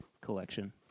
collection